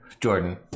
Jordan